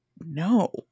no